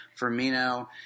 Firmino